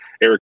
Eric